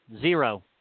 zero